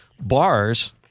bars